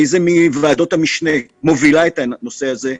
איזו ועדת משנה מובילה את הנושא הזה.